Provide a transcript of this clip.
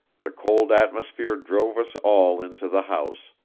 the cold atmosphere drove us all into the house,